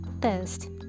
test